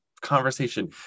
conversation